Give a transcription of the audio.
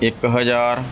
ਇੱਕ ਹਜ਼ਾਰ